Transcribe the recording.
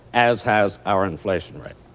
as has our inflation rate.